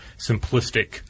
simplistic